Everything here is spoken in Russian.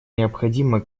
необходимо